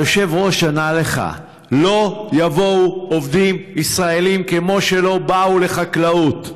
היושב-ראש ענה לך: לא יבואו עובדים ישראלים כמו שלא באו לחקלאות.